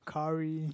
curry